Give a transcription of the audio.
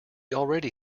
already